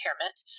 impairment